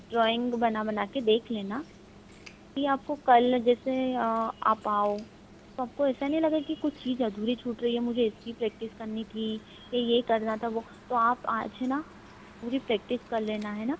drawing बना बना कर देख लेना यदि आपको कल जैसे आप आओ तो आपको ऐसा नहीं लगे कि कुछ अधूरी छूट रही हैं मुझे इसकी प्रेक्टिस करनी थी ये करना था वो तो आप आज है न पूरी प्रेक्टिस कर लेना है न